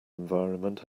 environment